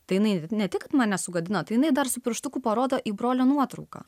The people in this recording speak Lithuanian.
tai jinai ne tik man sugadino tai jinai dar su pirštuku parodo į brolio nuotrauką